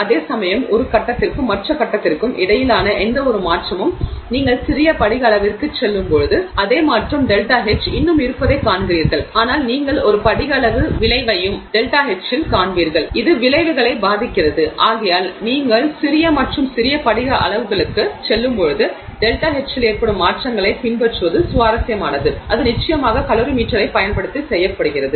அதேசமயம் ஒரு கட்டத்திற்கும் மற்ற கட்டத்திற்கும் இடையிலான எந்தவொரு மாற்றமும் நீங்கள் சிறிய படிக அளவிற்குச் செல்லும்போது அதே மாற்றம் ΔH இன்னும் இருப்பதைக் காண்கிறீர்கள் ஆனால் நீங்கள் ஒரு படிக அளவு விளைவையும் ΔH இல் காண்பிக்கிறீர்கள் அது விளைவுகளை பாதிக்கிறது ஆகையால் நீங்கள் சிறிய மற்றும் சிறிய படிக அளவுகளுக்குச் செல்லும்போது ΔH இல் ஏற்படும் மாற்றங்களைப் பின்பற்றுவது சுவாரஸ்யமானது அது நிச்சயமாக கலோரிமீட்டரைப் பயன்படுத்தி செய்யப்படுகிறது